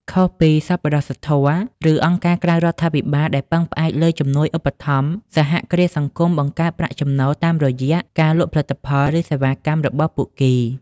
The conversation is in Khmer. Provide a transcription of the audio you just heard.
ខុសពីសប្បុរសធម៌ ឬអង្គការក្រៅរដ្ឋាភិបាលដែលពឹងផ្អែកលើជំនួយឧបត្ថម្ភ សហគ្រាសសង្គមបង្កើតប្រាក់ចំណូលតាមរយៈការលក់ផលិតផល ឬសេវាកម្មរបស់ពួកគេ ។